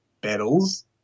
battles